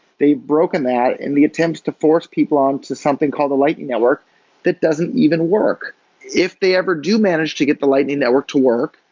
they've broken that in the attempt to force people onto something called a lightning network that doesn't even work if they ever do manage to get the lightning network to work,